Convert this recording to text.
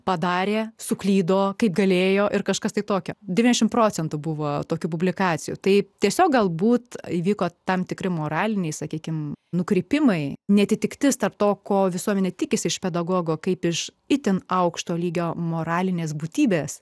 padarė suklydo kaip galėjo ir kažkas tai tokia devyniasdešimt procentų buvo tokių publikacijų tai tiesiog galbūt įvyko tam tikri moraliniai sakykime nukrypimai neatitiktis tarp to ko visuomenė tikisi iš pedagogo kaip iš itin aukšto lygio moralinės būtybės